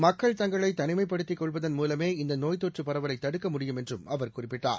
மக்கள் தங்களைதனிமைப்படுத்திக் கொள்வதன் மூலமே இந்தநோய் தொற்றுபரவலைதடுக்க முடியும் என்றும் அவர் குறிப்பிட்டார்